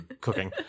cooking